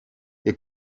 ihr